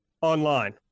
online